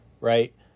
right